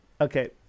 Okay